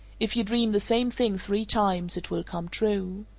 if you dream the same thing three times, it will come true.